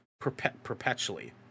perpetually